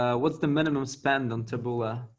um what's the minimum spend on taboola?